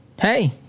Hey